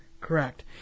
Correct